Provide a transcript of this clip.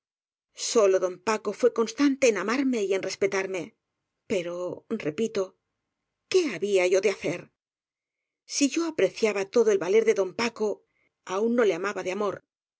sólo don paco fué constante en amarme y en respetarme pero repito qué había yo de hacer si yo apre ciaba todo el valer de don paco aún no le amaba de amor